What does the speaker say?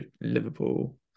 Liverpool